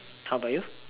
how about you